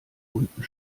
unten